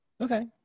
Okay